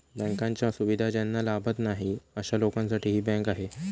बँकांच्या सुविधा ज्यांना लाभत नाही अशा लोकांसाठी ही बँक आहे